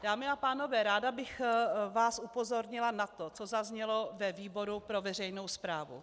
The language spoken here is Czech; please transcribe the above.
Dámy a pánové, ráda bych vás upozornila na to, co zaznělo ve výboru pro veřejnou správu.